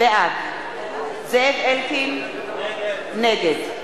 בעד זאב אלקין, נגד חיים